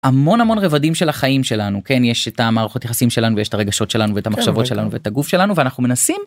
המון המון רבדים של החיים שלנו כן יש את המערכות היחסים שלנו יש את הרגשות שלנו ואת המחשבות שלנו ואת הגוף שלנו ואנחנו מנסים.